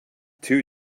two